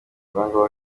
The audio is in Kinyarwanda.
rwango